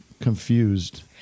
confused